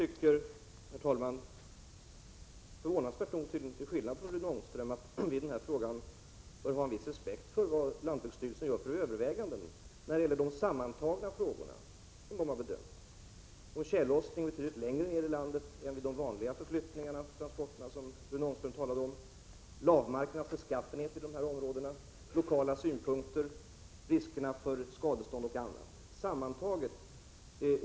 Herr talman! Jag tycker, förvånansvärt nog tydligen till skillnad från Rune Ångström, att vi i den här frågan bör ha en viss respekt för de överväganden som lantbruksstyrelsen gör. Lantbruksstyrelsen har att sammantaget bedöma olika faktorer — tjällossningen i ett område betydligt längre söderut än vid de vanliga förflyttningarna som Rune Ångström talade om, lavmarkens beskaffenhet i området, lokala synpunkter, riskerna för skadestånd och annat.